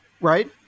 Right